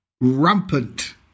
Rampant